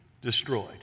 destroyed